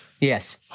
Yes